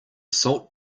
salt